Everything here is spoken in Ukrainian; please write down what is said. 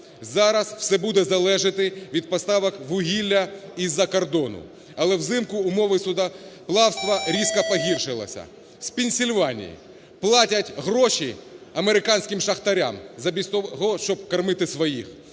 зараз все буде залежати від поставок вугілля з-за кордону. Але взимку умови судноплавства різко погіршились. З Пенсільванії. Платять гроші американським шахтарям замість того, щоб кормити своїх.